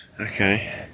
Okay